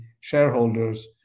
shareholders